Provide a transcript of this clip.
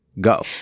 Go